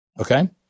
Okay